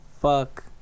fuck